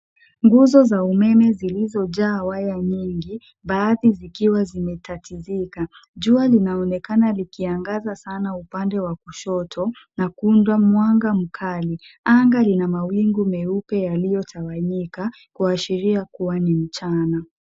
Nguzo za umeme zilizojaa nyaya nyingi , baadhi zikiwa zimetatizika. Jua linaonekana likiangaza sana upande wa kushoto na kuunda mwanga mkali. Anga lina mawingu meupe yaliyotawanyika, kuashiria kuwa ni mchana.